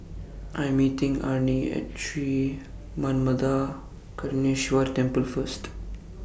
I Am meeting Arnie At Sri Manmatha Karuneshvarar Temple First